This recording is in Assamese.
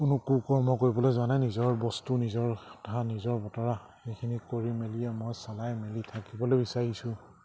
কোনো কু কৰ্ম কৰিবলৈ যোৱা নাই নিজৰ বস্তু নিজৰ কথা নিজৰ বতৰা সেইখিনি কৰি মেলিয়ে মই চলাই মেলি থাকিবলৈ বিচাৰিছোঁ